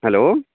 hello